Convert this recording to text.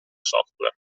software